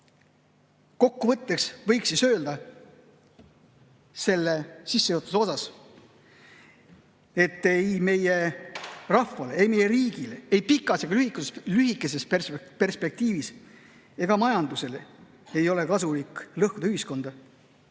Kokkuvõtteks võiks öelda selle sissejuhatuse kohta, et ei meie rahvale ega meie riigile ei pikas ega lühikeses perspektiivis ega majandusele ei ole kasulik lõhkuda ühiskonda,